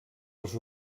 els